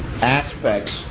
aspects